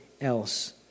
else